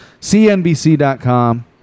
CNBC.com